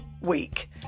week